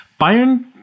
Bayern